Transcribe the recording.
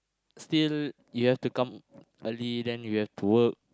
still you have to come early then you have to work